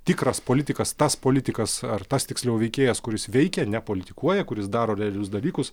tikras politikas tas politikas ar tas tiksliau veikėjas kuris veikia nepolitikuoja kuris daro realius dalykus